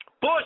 Bush